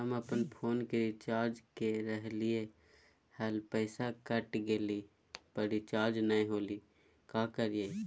हम अपन फोन के रिचार्ज के रहलिय हल, पैसा कट गेलई, पर रिचार्ज नई होलई, का करियई?